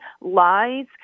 lies